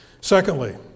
Secondly